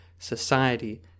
society